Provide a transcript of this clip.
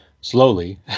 slowly